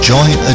Join